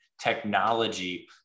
technology